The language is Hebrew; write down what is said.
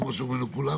כמו שאומרים כולם,